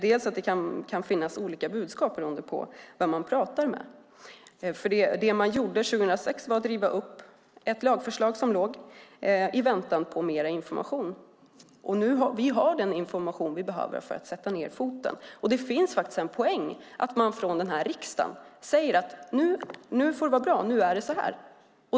Man får olika budskap beroende på vem man talar med. År 2006 rev de borgerliga upp ett lagförslag i väntan på mer information. Nu har vi den information vi behöver för att sätta ned foten. Det finns en poäng med att man från riksdagen säger att nu får det vara bra; nu är det så här.